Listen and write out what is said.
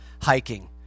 hiking